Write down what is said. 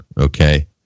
Okay